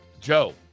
Joe